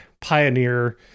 pioneer